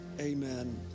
amen